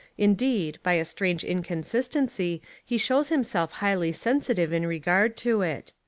indeed, by a strange inconsistency he shows himself highly sensitive in regard to it.